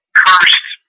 cursed